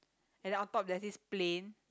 and then on top there's this plane